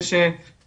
הזאת